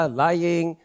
lying